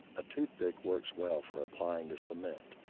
a tooth pick works well for applying the cement.